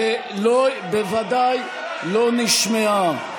בוודאי לא נשמעה.